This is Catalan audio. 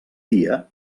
dia